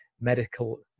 medical